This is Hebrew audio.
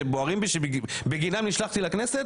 שבוערים לי שבגינם נשלחתי לכנסת.